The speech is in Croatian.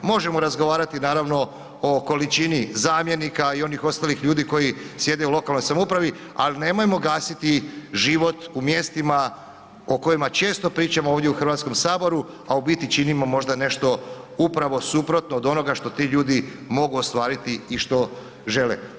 Možemo razgovarati, naravno o količini zamjenika i onih ostalih ljudi koji sjede u lokalnoj samoupravi, ali nemojmo gasiti život u mjestima o kojima često pričamo ovdje u Hrvatskome saboru, a u biti činimo nešto možda upravo suprotno od onoga što ti ljudi mogu ostvariti i što žele.